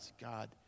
God